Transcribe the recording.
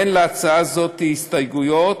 אין להצעה הזאת הסתייגויות.